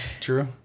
true